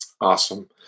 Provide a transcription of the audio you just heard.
Awesome